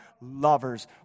lovers